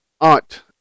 aunt